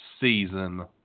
season